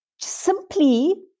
simply